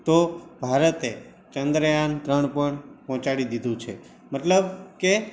તો ભારતે ચંદ્રયાન ત્રણ પણ પહોંચાડી દીધું છે મતલબ કે